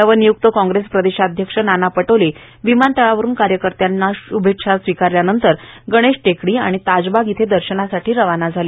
नवनिय्क्त काँग्रेस प्रदेशाध्यक्ष नाना पटोले विमानतळावरुन कार्यकर्त्यांचा श्भेच्छा स्विकारल्या नंतर गणेश टेकड़ी ताजबाग येथे दर्शनासाठी रवाना झाले